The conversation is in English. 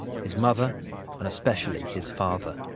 his mother and especially his father.